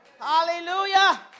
Hallelujah